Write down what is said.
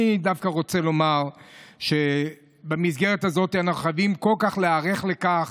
אני דווקא רוצה לומר שבמסגרת הזאת אנחנו חייבים כל כך להיערך לכך,